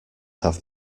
have